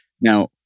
Now